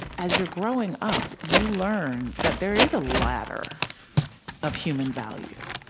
as you're growing up, you learn that there is a ladder of human value,